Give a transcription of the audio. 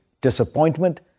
disappointment